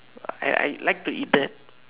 I I like to eat that